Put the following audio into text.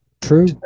true